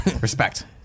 Respect